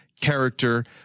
character